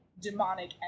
demonic